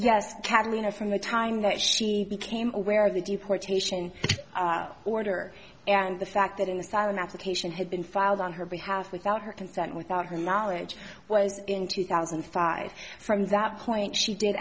yes catalina from the time that she became aware of the deportation order and the fact that in the sound application had been filed on her behalf without her consent without her knowledge was in two thousand and five from that point she did